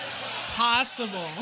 possible